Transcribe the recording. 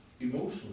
Emotionally